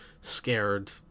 scared